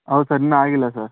ಹೌದ್ ಸರ್ ಇನ್ನೂ ಆಗಿಲ್ಲ ಸರ್